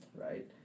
right